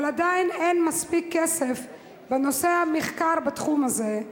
אבל עדיין אין מספיק כסף בנושא המחקר בתחום הזה,